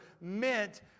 meant